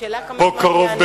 פה קרוב,